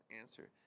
answer